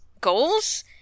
goals